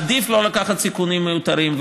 עדיף לא לקחת סיכונים מיותרים.